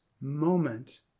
moment